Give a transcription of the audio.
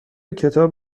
کتاب